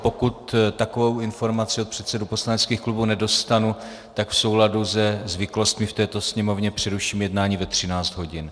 Pokud takovou informaci od předsedů poslaneckých klubů nedostanu, tak v souladu se zvyklostmi v této Sněmovně přeruším jednání ve 13 hodin.